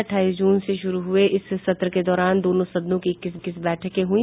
अठाईस जून से शुरू हुई इस सत्र के दौरान दोनों सदनों की इक्कीस बैठकें हुई